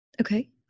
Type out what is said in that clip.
Okay